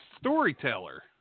storyteller